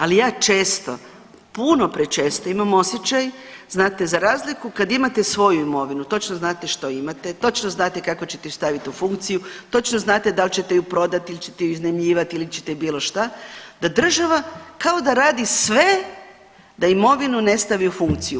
Ali ja često, puno prečesto imam osjećaj znate za razliku kad imate svoju imovinu točno znate što imate, točno znate kako ćete staviti u funkciju, točno znate da li ćete ju prodati ili ćete ju iznajmljivat ili ćete bilo šta, da država kao da radi sve da imovinu ne stavi u funkciju.